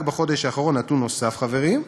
רק בחודש האחרון, נתון נוסף, חברים,